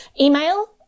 email